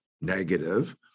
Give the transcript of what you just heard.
negative